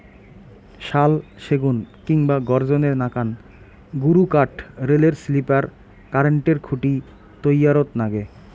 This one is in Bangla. শাল, সেগুন কিংবা গর্জনের নাকান গুরুকাঠ রেলের স্লিপার, কারেন্টের খুঁটি তৈয়ারত নাগে